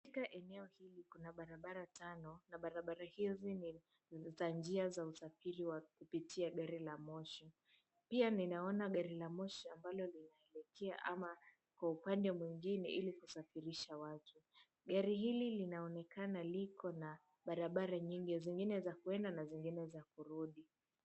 Katika eneo hili kuna barabara tano, na barabara hizi ni za njia za usafiri wa kupitia gari la moshi. Pia ninaona gari la moshi ambalo linaelekea ama kwa upande mwengine ili kusafirisha watu. Gari hili linaonekana liko na barabara nyingi, zengine za kuenda na zengine za kurudi.